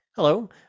Hello